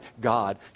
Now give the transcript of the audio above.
God